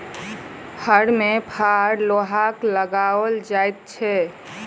हर मे फार लोहाक लगाओल जाइत छै